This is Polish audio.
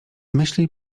myśli